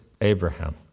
Abraham